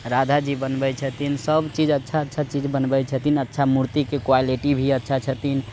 राधा जी बनबैत छथिन सभचीज अच्छा अच्छा चीज बनबैत छथिन अच्छा मूर्तिके क्वालिटी भी अच्छा छथिन